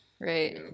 right